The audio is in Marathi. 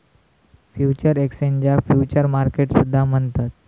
फ्युचर्स एक्सचेंजाक फ्युचर्स मार्केट सुद्धा म्हणतत